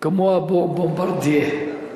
כמו ה"בומברדיה".